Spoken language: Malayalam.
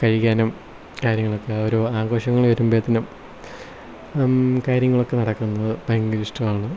കഴിക്കാനും കാര്യങ്ങളൊക്കെ ഓരോ ആഘോഷങ്ങൾ വരുമ്പോഴത്തേനും കാര്യങ്ങളൊക്കെ നടക്കുന്നത് ഭയങ്കര ഇഷ്ടമാണ്